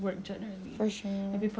there's nothing about ya